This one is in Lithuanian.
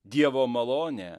dievo malonė